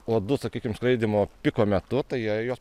o du sakykim skraidymo piko metu tai jei jos